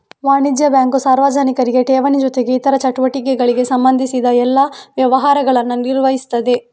ವಾಣಿಜ್ಯ ಬ್ಯಾಂಕು ಸಾರ್ವಜನಿಕರಿಗೆ ಠೇವಣಿ ಜೊತೆಗೆ ಇತರ ಚಟುವಟಿಕೆಗಳಿಗೆ ಸಂಬಂಧಿಸಿದ ಎಲ್ಲಾ ವ್ಯವಹಾರಗಳನ್ನ ನಿರ್ವಹಿಸ್ತದೆ